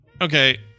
okay